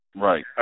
Right